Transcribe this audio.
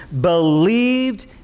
believed